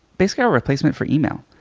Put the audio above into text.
basically a replacement for email.